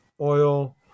oil